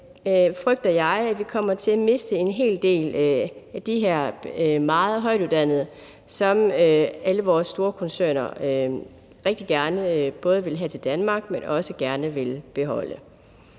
dem frygter jeg, at vi kommer til at miste en hel del af de her meget højtuddannede, som alle vores store koncerner rigtig gerne både vil have til Danmark, men som de også gerne vil beholde.